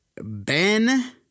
Ben